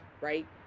Right